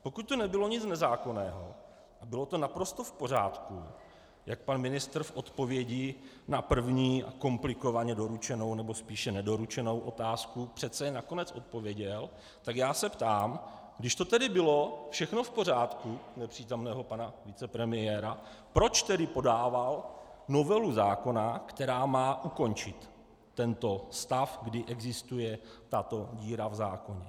Pokud to nebylo nic nezákonného a bylo to naprosto v pořádku, jak pan ministr v odpovědi na první komplikovaně doručenou, nebo spíše nedoručenou otázku přece jen nakonec odpověděl, tak já se ptám, když to tedy bylo všechno v pořádku, nepřítomného pana premiéra, proč tedy podával novelu zákona, která má ukončit tento stav, kdy existuje tato díra v zákoně.